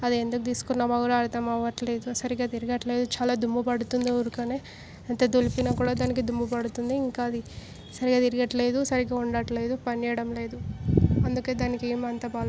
అది ఎందుకు తీసుకున్నమో కూడా అర్థమవ్వట్లేదు సరిగ్గా తిరగట్లేదు చాలా దుమ్ము పడుతుంది ఊరికే ఎంత దులిపినా కూడా దానికి దుమ్ము పడుతుంది ఇంకా అది సరిగ్గా తిరగట్లేదు సరిగ్గా ఉండట్లేదు పనిచేయడం లేదు అందుకే దానికి ఏం అంత